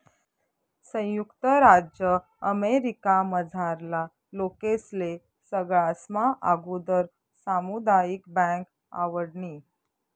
संयुक्त राज्य अमेरिकामझारला लोकेस्ले सगळास्मा आगुदर सामुदायिक बँक आवडनी